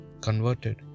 converted